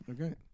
Okay